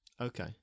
Okay